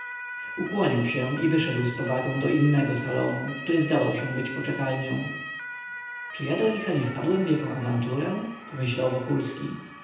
ukłonił się i wyszedł z powagą do innego salonu który zdawał się być poczekalnią czy ja do licha nie wpadłem w jaką awanturę pomyślał wokulski